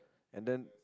and then